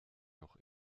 noch